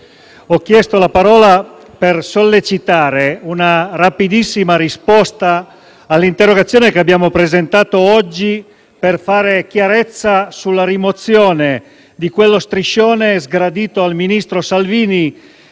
ho chiesto la parola per sollecitare una rapidissima risposta all'interrogazione che abbiamo presentato oggi per fare chiarezza sulla rimozione di quello striscione, sgradito al ministro Salvini,